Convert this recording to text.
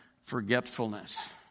forgetfulness